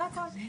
זה הכל.